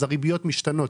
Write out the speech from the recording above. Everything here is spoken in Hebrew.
כי אז הריביות משתנות,